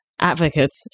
advocates